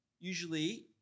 Usually